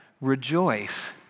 rejoice